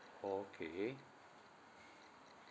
okay